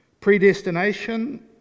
Predestination